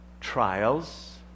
trials